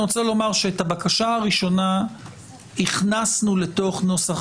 אני רוצה לומר שאת הבקשה הראשונה הכנסנו לתוך נוסח